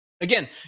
Again